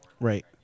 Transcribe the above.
Right